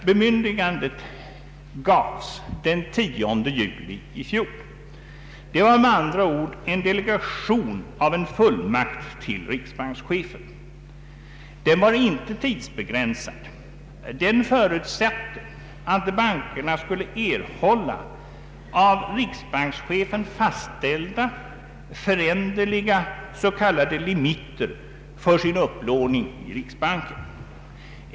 Bemyndigandet gavs den 10 juli i fjol. Det var med andra ord en delegation av en fullmakt till riksbankschefen. Den var inte tidsbegränsad. Den förutsatte att bankerna skulle erhålla av riksbankschefen fastställda, föränderliga s.k. limiter för sin upplåning i riksbanken.